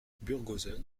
burghausen